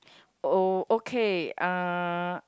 oh okay uh